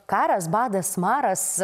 karas badas maras